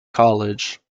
college